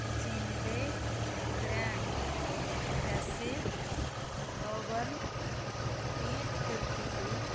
ਜਿੰਡੇ grand ਹੈਸੇ one eight fifty to